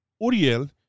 Uriel